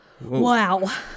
Wow